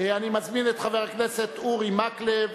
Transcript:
אני מזמין את חבר הכנסת אורי מקלב